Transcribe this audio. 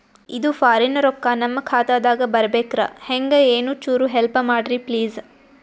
ಇದು ಫಾರಿನ ರೊಕ್ಕ ನಮ್ಮ ಖಾತಾ ದಾಗ ಬರಬೆಕ್ರ, ಹೆಂಗ ಏನು ಚುರು ಹೆಲ್ಪ ಮಾಡ್ರಿ ಪ್ಲಿಸ?